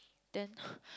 then